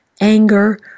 anger